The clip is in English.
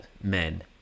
men